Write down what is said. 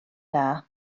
dda